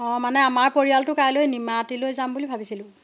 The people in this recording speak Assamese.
অ' মানে আমাৰ পৰিয়ালটো কাইলৈ নিমাতীলৈ যাম বুলি ভাবিছিলো